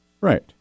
Right